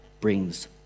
brings